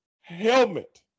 helmet